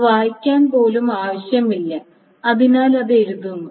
അത് വായിക്കാൻ പോലും ആവശ്യമില്ല അതിനാൽ അത് എഴുതുന്നു